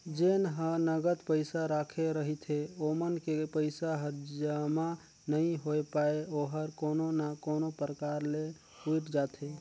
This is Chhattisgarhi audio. जेन ह नगद पइसा राखे रहिथे ओमन के पइसा हर जमा नइ होए पाये ओहर कोनो ना कोनो परकार ले उइठ जाथे